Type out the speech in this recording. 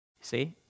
See